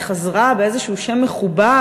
חזרה באיזשהו שם מכובס,